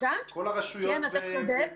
אתה צודק.